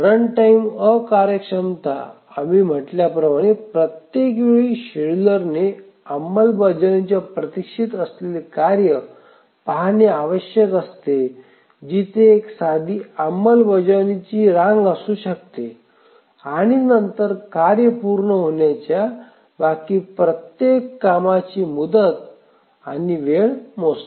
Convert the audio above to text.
runtime अकार्यक्षमता आम्ही म्हटल्याप्रमाणे प्रत्येक वेळी शेड्यूलरने अंमलबजावणीच्या प्रतीक्षेत असलेले कार्य पाहणे आवश्यक असते जिथे एक साधी अंमलबजावणी रांग असू शकते आणि नंतर कार्य पूर्ण होण्याच्या बाकी प्रत्येक कामाची मुदत आणि वेळ मोजते